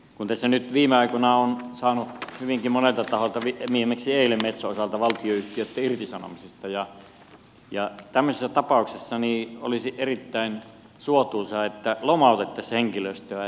kun tässä nyt viime aikoina on saanut kuulla hyvinkin monelta taholta viimeksi eilen metson osalta valtionyhtiöitten irtisanomisista tämmöisissä tapauksissa olisi erittäin suotuisaa että lomautettaisiin henkilöstöä